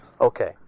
Okay